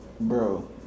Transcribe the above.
bro